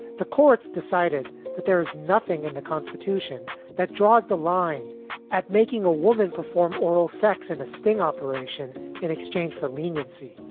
the courts decided that there is nothing in the constitution that draws the line at making a woman perform oral sex in a sting operation in exchange for leniency.